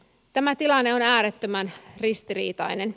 tämä tilanne on äärettömän ristiriitainen